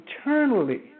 eternally